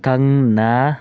ꯈꯪꯅ